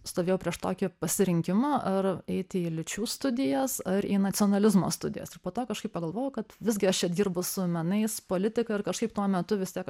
stovėjau prieš tokį pasirinkimą ar eiti į lyčių studijas ar į nacionalizmo studijas ir po to kažkaip pagalvojau kad visgi aš čia dirbu su menais politika ir kažkaip tuo metu vis tiek